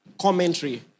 commentary